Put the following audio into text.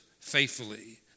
faithfully